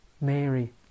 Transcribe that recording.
Mary